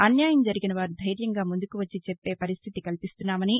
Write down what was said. అన్యాయం జరిగిన వారు ధైర్యంగా ముందుకు వచ్చి చెప్పే పరిస్దితి కల్పిస్తున్నా మన్నామని